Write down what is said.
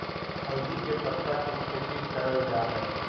हल्दी के पत्ता के खेती करल जा हई